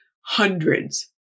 hundreds